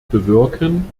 bewirken